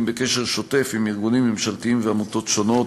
בקשר שוטף עם ארגונים ממשלתיים ועמותות שונות